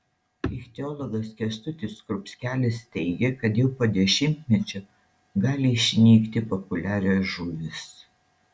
ichtiologas kęstutis skrupskelis teigė kad jau po dešimtmečio gali išnykti populiarios žuvys